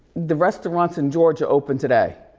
the restaurants in georgia opened today.